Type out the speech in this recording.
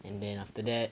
and then after that